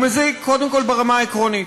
הוא מזיק קודם כול ברמה העקרונית,